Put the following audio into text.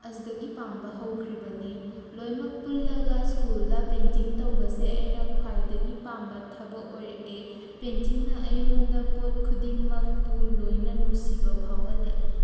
ꯑꯁꯤꯗꯒꯤ ꯄꯥꯝꯕ ꯍꯧꯈ꯭ꯔꯤꯕꯅꯤ ꯂꯣꯏꯃꯛ ꯄꯨꯜꯂꯒ ꯁ꯭ꯀꯨꯜꯗ ꯄꯦꯟꯇꯤꯡ ꯇꯧꯕꯁꯦ ꯑꯩꯅ ꯈ꯭ꯋꯥꯏꯗꯒꯤ ꯄꯥꯝꯕ ꯊꯕꯛ ꯑꯣꯏꯔꯛꯑꯦ ꯄꯦꯟꯇꯤꯡꯅ ꯑꯩꯉꯣꯟꯗ ꯄꯣꯠ ꯈꯨꯗꯤꯡꯃꯛꯄꯨ ꯂꯣꯏꯅ ꯅꯨꯡꯁꯤꯕ ꯐꯥꯎꯍꯜꯂꯛꯏ